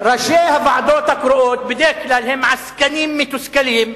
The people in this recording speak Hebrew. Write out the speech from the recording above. ראשי הוועדות הקרואות בדרך כלל הם עסקנים מתוסכלים,